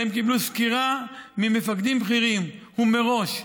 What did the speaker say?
שבהם קיבלו סקירה ממפקדים בכירים ומראש,